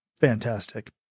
fantastic